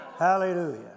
Hallelujah